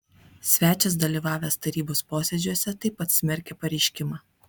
svečias dalyvavęs tarybos posėdžiuose taip pat smerkia pareiškimą